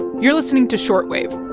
you're listening to short wave